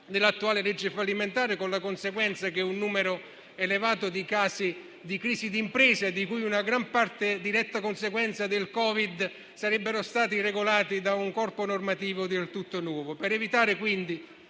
dell'attuale legge fallimentare, con la conseguenza che un numero elevato di casi di crisi d'impresa, gran parte dei quali diretta conseguenza del Covid, sarebbero stati regolati da un corpo normativo del tutto nuovo. Per evitare, quindi,